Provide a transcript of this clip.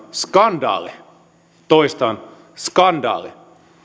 skandaali toistan skandaali